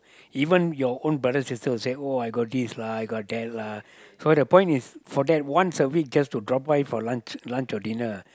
even your own bothers and sisters would say oh I got this lah I got that lah so the point is for that once a week just to drop by for lunch lunch or dinner